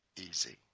easy